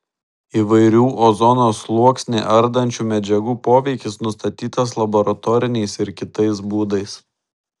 įvairių ozono sluoksnį ardančių medžiagų poveikis nustatytas laboratoriniais ir kitais būdais